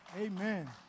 Amen